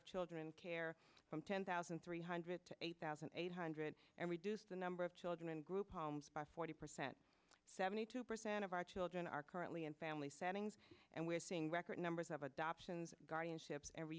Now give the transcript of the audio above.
of children care from ten thousand three hundred to eight thousand eight hundred and reduce the number of children in group homes by forty percent seventy two percent of our children are currently in family settings and we're seeing record numbers of adoptions guardianships every